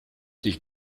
dich